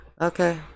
okay